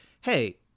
hey